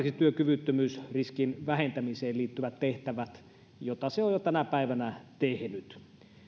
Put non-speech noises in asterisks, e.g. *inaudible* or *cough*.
*unintelligible* ne työkyvyttömyysriskin vähentämiseen liittyvät tehtävät joita se on jo tänä päivänä tehnyt